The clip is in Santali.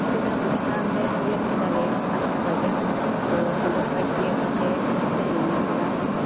ᱛᱚᱵᱮ ᱚᱱᱰᱮ ᱠᱷᱚᱱᱞᱮ ᱛᱤᱭᱳᱜ ᱠᱮᱫᱟᱞᱮ ᱟᱴ ᱵᱟᱡᱮ ᱛᱳ ᱚᱱᱰᱮ ᱠᱷᱚᱱ ᱛᱤᱭᱳᱜ ᱠᱟᱛᱮᱜ ᱦᱳᱴᱮᱞ ᱞᱮ ᱧᱮᱞ ᱠᱮᱫᱟ